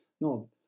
no